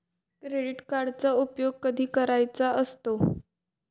Credit कार्डचा उपयोग कधी करायचा असतो?